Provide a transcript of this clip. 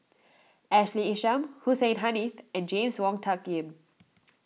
Ashley Isham Hussein Haniff and James Wong Tuck Yim